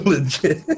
legit